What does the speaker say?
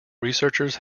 researchers